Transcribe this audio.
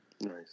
Nice